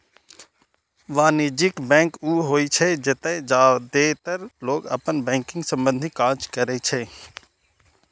वाणिज्यिक बैंक ऊ होइ छै, जतय जादेतर लोग अपन बैंकिंग संबंधी काज करै छै